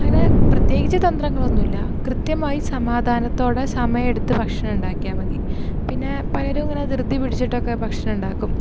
അങ്ങനെ പ്രത്യേകിച്ച് തന്ത്രങ്ങളൊന്നൂല്ല കൃത്യമായി സമാധാനത്തോടെ സമയെടുത്ത് ഭക്ഷണമുണ്ടാക്കിയാൽ മതി പിന്നെ പലരും അങ്ങനെ ധൃതി പിടിച്ചിട്ടക്കെ ഭക്ഷണമുണ്ടാകും